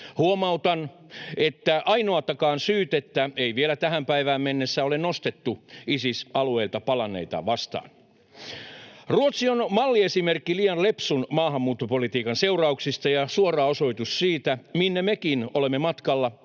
Huomautan, että ainoatakaan syytettä ei vielä tähän päivään mennessä ole nostettu Isis-alueilta palanneita vastaan. [Jussi Halla-aho: Skandaali!] Ruotsi on malliesimerkki liian lepsun maahanmuuttopolitiikan seurauksista ja suora osoitus siitä, minne mekin olemme matkalla,